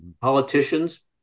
politicians